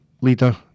leader